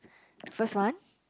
first one